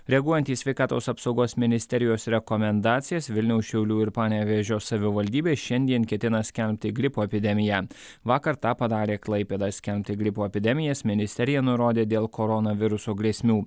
reaguojant į sveikatos apsaugos ministerijos rekomendacijas vilniaus šiaulių ir panevėžio savivaldybė šiandien ketina skelbti gripo epidemiją vakar tą padarė klaipėda skelbti gripo epidemijas ministerija nurodė dėl koronaviruso grėsmių